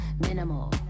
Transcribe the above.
Minimal